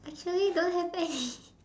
actually don't have eh